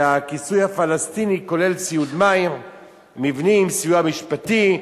שהכיסוי הפלסטיני כולל סיוע, מבנים, סיוע משפטי.